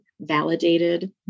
validated